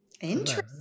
Interesting